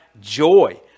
joy